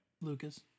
Lucas